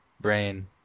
brain